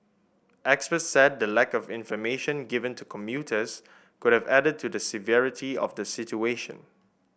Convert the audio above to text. experts said the lack of information given to commuters could have added to the severity of the situation